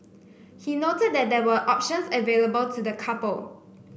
he noted that there were options available to the couple